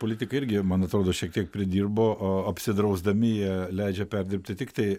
politika irgi man atrodo šiek tiek pridirbo o apsidrausdami jie leidžia perdirbti tiktai